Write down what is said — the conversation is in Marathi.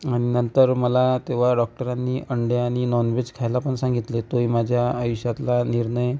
आणि नंतर मला तेव्हा डॉक्टरांनी अंडे आणि नॉनव्हेज खायला पण सांगितले तोही माझ्या आयुष्यातला निर्णय